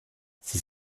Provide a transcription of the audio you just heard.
sie